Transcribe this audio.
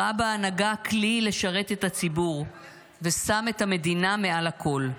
ראה בהנהגה כלי לשרת את הציבור ושם את המדינה מעל הכול.